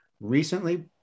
Recently